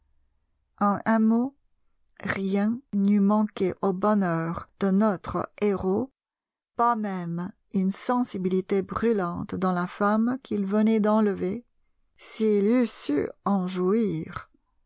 en un mot rien n'eût manqué au bonheur de notre héros pas même une sensibilité brûlante dans la femme qu'il venait d'enlever s'il eût su